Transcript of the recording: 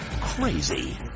crazy